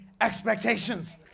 Expectations